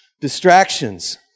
distractions